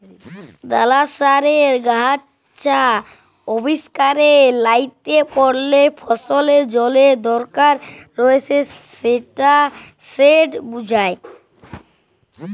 দালাশস্যের গাহাচ অস্থায়ীভাবে ল্যাঁতাই পড়লে ফসলের জলের দরকার রঁয়েছে সেট বুঝায়